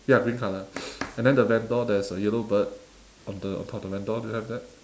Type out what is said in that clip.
ya green colour and then the vendor there's a yellow bird on the on top of the vendor do you have that